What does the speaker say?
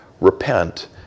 Repent